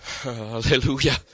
Hallelujah